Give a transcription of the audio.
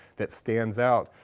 that stands out,